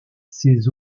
ces